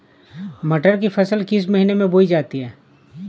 मटर की फसल किस महीने में बोई जाती है?